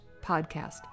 podcast